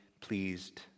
pleased